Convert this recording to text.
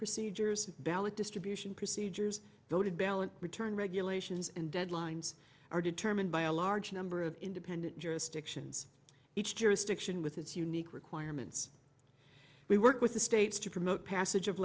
procedures ballot distribution procedures voted ballot return regulations and deadlines are determined by a large number of independent jurisdictions each jurisdiction with its unique requirements we work with the states to promote passage of